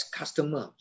customer